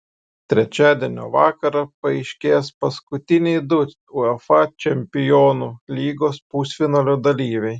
trečiadienio vakarą paaiškės paskutiniai du uefa čempionų lygos pusfinalio dalyviai